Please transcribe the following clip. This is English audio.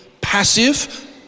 passive